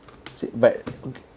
so but